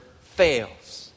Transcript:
fails